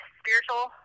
spiritual